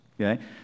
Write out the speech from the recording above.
okay